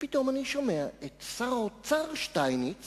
ופתאום אני שומע את שר האוצר שטייניץ